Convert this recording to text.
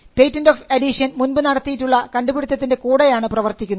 patent of addition മുൻപു നടത്തിയിട്ടുള്ള കണ്ടുപിടിത്തത്തിൻറെ കൂടെയാണ് പ്രവർത്തിക്കുന്നത്